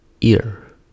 ear